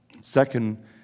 second